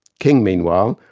king, meanwhile,